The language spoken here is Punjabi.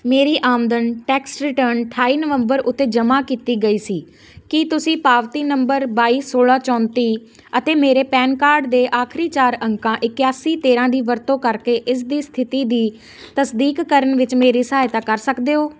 ਮੇਰੀ ਆਮਦਨ ਟੈਕਸ ਰਿਟਰਨ ਅਠਾਈ ਨਵੰਬਰ ਉੱਤੇ ਜਮ੍ਹਾਂ ਕੀਤੀ ਗਈ ਸੀ ਕੀ ਤੁਸੀਂ ਪਾਵਤੀ ਨੰਬਰ ਬਾਈ ਸੌਲ੍ਹਾਂ ਚੌਂਤੀ ਅਤੇ ਮੇਰੇ ਪੈਨ ਕਾਰਡ ਦੇ ਆਖਰੀ ਚਾਰ ਅੰਕਾਂ ਇਕਿਆਸੀ ਤੇਰ੍ਹਾਂ ਦੀ ਵਰਤੋਂ ਕਰਕੇ ਇਸ ਦੀ ਸਥਿਤੀ ਦੀ ਤਸਦੀਕ ਕਰਨ ਵਿੱਚ ਮੇਰੀ ਸਹਾਇਤਾ ਕਰ ਸਕਦੇ ਹੋ